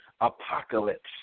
Apocalypse